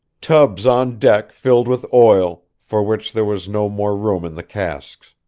tubs on deck filled with oil, for which there was no more room in the casks.